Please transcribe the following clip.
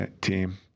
team